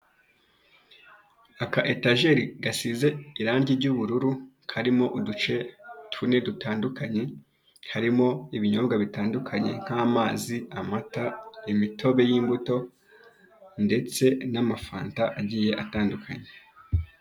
Aka etajeri gasize irangi ry'ubururu, karimo uduce tune dutandukanye, harimo ibinyobwa bitandukanye, nk'amazi, amata imitobe y'imbuto ndetse n'amafanta agiye atandukanye.